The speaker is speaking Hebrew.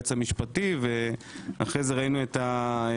ליועץ המשפטי ואחרי זה ראינו את התכתובת,